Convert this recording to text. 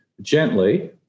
gently